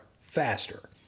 faster